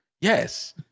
Yes